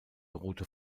rote